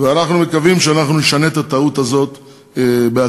ואנחנו מקווים שאנחנו נשנה את הטעות הזאת בעתיד,